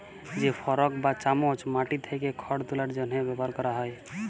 যে ফরক বা চামচ মাটি থ্যাকে খড় তুলার জ্যনহে ব্যাভার ক্যরা হয়